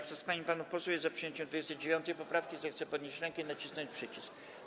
Kto z pań i panów posłów jest za przyjęciem 29. poprawki, zechce podnieść rękę i nacisnąć przycisk.